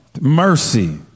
mercy